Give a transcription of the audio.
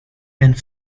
and